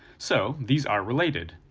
so these are related.